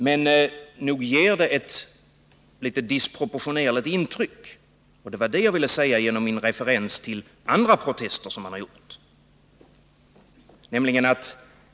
Men nog ger det ett disproportionerligt intryck — det var det jag ville säga genom min referens till andra protester som utrikesministern har gjort.